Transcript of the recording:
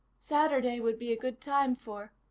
saturday would be a good time for.